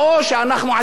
בדקה התשעים,